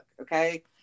okay